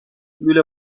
لوله